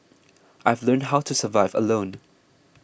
I've learnt how to survive alone